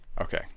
Okay